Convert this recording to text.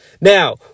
Now